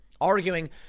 arguing